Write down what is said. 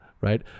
right